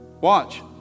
watch